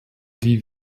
die